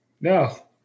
No